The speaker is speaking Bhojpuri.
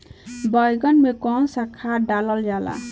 बैंगन में कवन सा खाद डालल जाला?